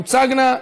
הן תוצגנה,